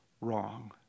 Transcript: wrong